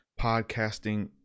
podcasting